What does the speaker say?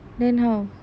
then how